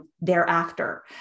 thereafter